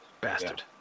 Bastard